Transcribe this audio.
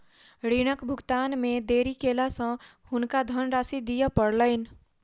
ऋणक भुगतान मे देरी केला सॅ हुनका धनराशि दिअ पड़लैन